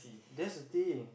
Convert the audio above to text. that's the thing